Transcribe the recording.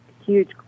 huge